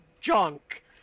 junk